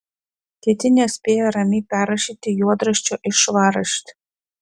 kiti nespėja ramiai perrašyti juodraščio į švarraštį